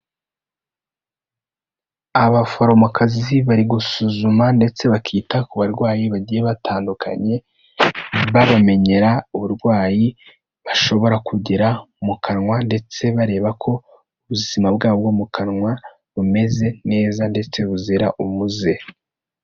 Abaforomokazi bari gusuzuma ndetse bakita ku barwayi bagiye batandukanye babamenyera uburwayi bashobora kugira mu kanwa, ndetse bareba ko ubuzima bwabo bwo mu kanwa bumeze neza, ndetse buzira umuze.